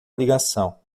ligação